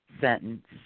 sentence